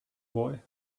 boy